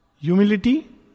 Humility